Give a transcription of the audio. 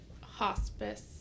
hospice